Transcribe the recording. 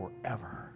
forever